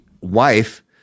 wife